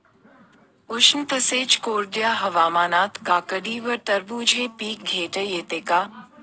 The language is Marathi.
उष्ण तसेच कोरड्या हवामानात काकडी व टरबूज हे पीक घेता येते का?